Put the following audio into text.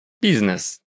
Business